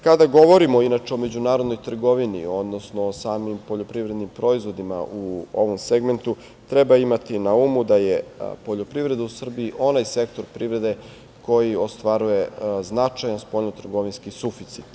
Kada govorimo, inače, o međunarodnoj trgovini, odnosno o samim poljoprivrednim proizvodima u ovom segmentu, treba imati na umu da je poljoprivreda u Srbiji onaj sektor privrede koji ostvaruje značajan spoljnotrgovinski suficit.